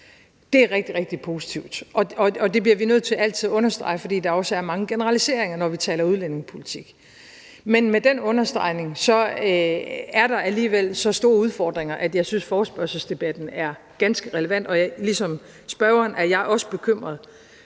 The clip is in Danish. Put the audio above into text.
Det er rigtig, rigtig positivt, og det bliver vi nødt til altid at understrege, for der er også mange generaliseringer, når vi taler udlændingepolitik. Kl. 10:14 Men med den understregning er der alligevel så store udfordringer, at jeg synes, forespørgselsdebatten er ganske relevant, og ligesom ordføreren for forespørgerne er jeg også bekymret